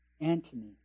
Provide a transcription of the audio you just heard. Antony